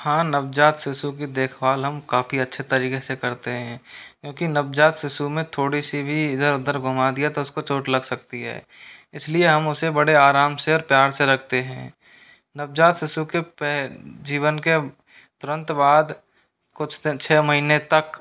हाँ नवजात शिशु की देखभाल हम काफ़ी अच्छे तरीके से करते हैं क्योंकि नवजात शिशु में थोड़ी सी भी इधर उधर घुमा दिया तो उसकी चोट लग सकती है इसलिए हम उसे बड़े आराम से और प्यार से रखते हैं नवजात शिशु के पैर जीवन के तुरंत बाद कुछ दिन छै महीने तक